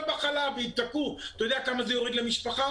בחלב ויצעקו אתה יודע כמה זה יוריד למשפחה?